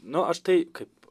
nu aš tai kaip